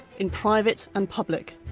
in private and public.